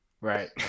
Right